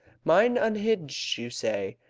mind unhinged, you say,